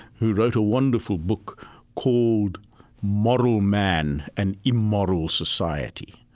who wrote a wonderful book called moral man and immoral society,